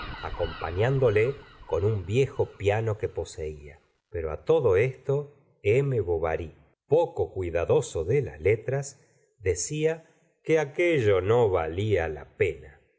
acompañándole con un viejo piano que poseía pero á todo esto m bovary poco cuidadoso de las letras decía que aquello no valia la pena